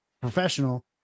professional